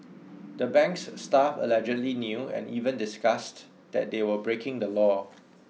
the bank's staff allegedly knew and even discussed that they were breaking the law